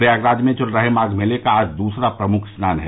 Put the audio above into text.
प्रयागराज में चल रहे माघ मेले का आज दूसरा प्रमुख स्नान है